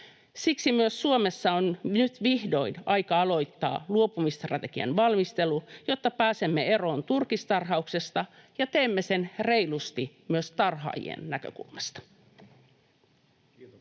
Siksi myös Suomessa on nyt vihdoin aika aloittaa luopumisstrategian valmistelu, jotta pääsemme eroon turkistarhauksesta ja teemme sen reilusti myös tarhaajien näkökulmasta. [Speech